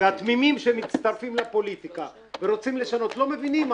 והתמימים שמצטרפים לפוליטיקה ורוצים לשנות לא מבינים.